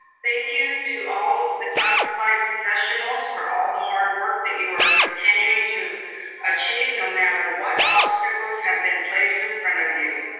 thank you to all the classified professionals for all the hard work that you are continuing to achieve no matter what obstacles have been placed in front of you.